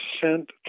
sent